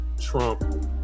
Trump